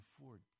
afford